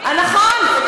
הנה הוא.